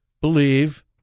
believe